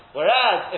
Whereas